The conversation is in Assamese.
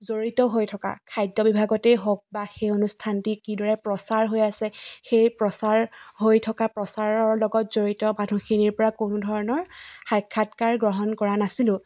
জড়িত হৈ থকা খাদ্য বিভাগতেই হওক বা সেই অনুষ্ঠানটি কিদৰে প্ৰচাৰ হৈ আছে সেই প্ৰচাৰ হৈ থকা প্ৰচাৰৰ লগত জড়িত মানুহখিনিৰ পৰা কোনোধৰণৰ সাক্ষাৎকাৰ গ্ৰহণ কৰা নাছিলোঁ